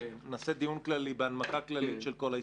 נעשה דיון כללי בהנמקה כללית של כל ההסתייגויות.